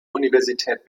universität